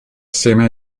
assieme